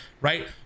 right